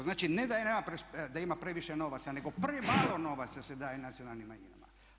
Znači ne da ima previše novaca, nego premalo novaca se daje nacionalnim manjinama.